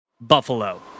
buffalo